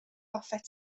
hoffet